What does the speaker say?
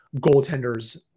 goaltenders